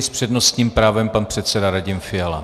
S přednostním právem pan předseda Radim Fiala.